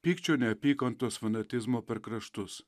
pykčio neapykantos fanatizmo per kraštus